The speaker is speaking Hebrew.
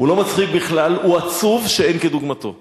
האריתריאים לקחו.